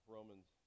Romans